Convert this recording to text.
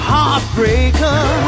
Heartbreaker